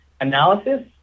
analysis